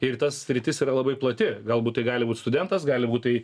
ir ta sritis yra labai plati galbūt tai gali būt studentas gali būt tai